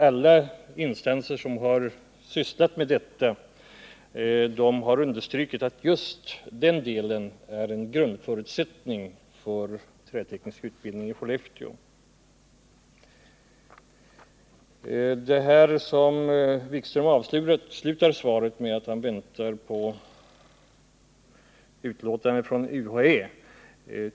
Alla instanser som har sysslat med detta ärende har understrukit att just den delen är en grundförutsättning för träteknisk utbildning i Skellefteå. Statsrådet Wikström avslutar sitt svar med att han väntar på utlåtande från UHÄ.